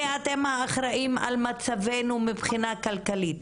אתם אלה האחראים על מצבנו מבחינה כלכלית.